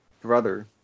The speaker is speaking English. brother